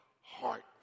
heart